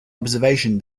observation